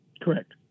Correct